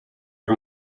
era